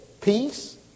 peace